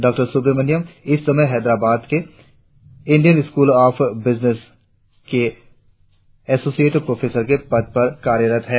डॉ सुब्रमण्यम इस समय हैदराबाद के इंडियन स्कूल ऑफ बिजनेस में एसोसियट प्रोफेसर के पद पर कार्यरत है